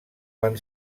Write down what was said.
van